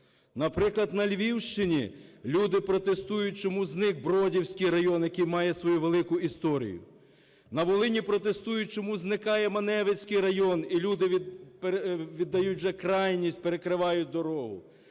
Наприклад, на Львівщині люди протестують, чому зник Бродівський район, який має свою велику історію. На Волині протестують, чому зникає Маневицький район і люди віддають вже крайність, перекривають дорогу.